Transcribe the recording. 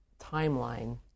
timeline